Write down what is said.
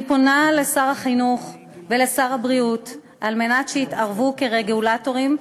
אני פונה לשר החינוך ולשר הבריאות שיתערבו כרגולטורים.